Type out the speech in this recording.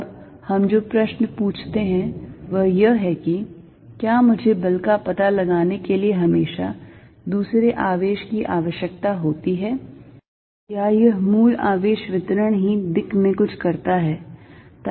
अब हम जो प्रश्न पूछते हैं वह यह है कि क्या मुझे बल का पता लगाने के लिए हमेशा दूसरे आवेश की आवश्यकता होती है या यह मूल आवेश वितरण ही दिक् में कुछ करता है